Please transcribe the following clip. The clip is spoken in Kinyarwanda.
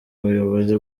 ubuyobozi